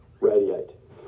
radiate